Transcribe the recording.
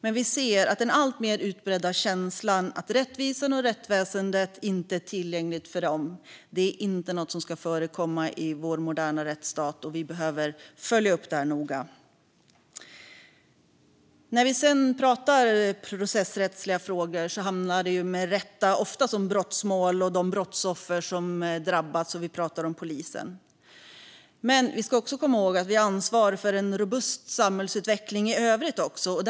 Men vi ser den alltmer utbredda känslan att rättvisan och rättsväsendet inte är tillgänglig för människor. Det är inte någonting som ska förekomma i vår moderna rättsstat. Vi behöver följa upp det noga. När vi talar om processrättsliga frågor handlar det med rätta oftast om brottmål och brottsoffer som drabbats, och vi talar om polisen. Men vi ska också komma ihåg att vi har ansvar för en robust samhällsutveckling också i övrigt.